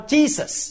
Jesus